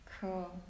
Cool